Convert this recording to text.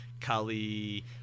Kali